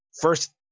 first